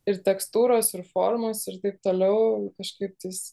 ir tekstūros ir formos ir taip toliau kažkaip tais